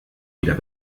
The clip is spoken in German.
wieder